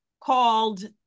called